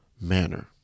manner